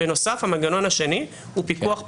בנוסף, המנגנון השני הוא פיקוח פרלמנטרי.